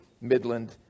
Midland